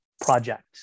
project